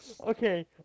Okay